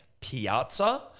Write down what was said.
Piazza